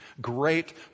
great